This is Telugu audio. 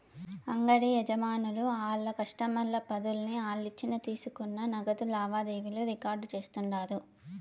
అంగిడి యజమానులు ఆళ్ల కస్టమర్ల పద్దుల్ని ఆలిచ్చిన తీసుకున్న నగదు లావాదేవీలు రికార్డు చేస్తుండారు